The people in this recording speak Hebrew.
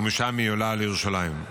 ומשם היא עולה לירושלים.